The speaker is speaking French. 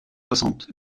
soixante